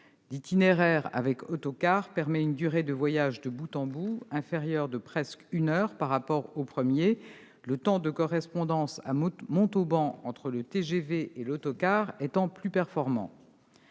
L'itinéraire avec autocar permet une durée de voyage de bout en bout inférieure de presque une heure par rapport au premier, le temps de correspondance à Montauban entre le TGV et l'autocar étant plus performant.